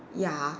ya